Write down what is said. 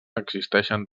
existeixen